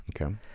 okay